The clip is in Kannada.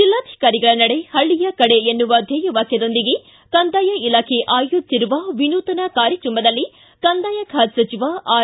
ಜಿಲ್ಲಾಧಿಕಾರಿಗಳ ನಡೆ ಹಳ್ಳಿಯ ಕಡೆ ಎನ್ನುವ ಧ್ವೇಯ ವಾಕ್ಯದೊಂದಿಗೆ ಕಂದಾಯ ಇಲಾಖೆ ಆಯೋಜಿಸಿರುವ ವಿನೂತನ ಕಾರ್ಯಕ್ರಮದಲ್ಲಿ ಕಂದಾಯ ಖಾತೆ ಸಚಿವ ಆರ್